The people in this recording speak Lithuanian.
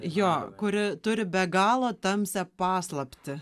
jo kuri turi be galo tamsią paslaptį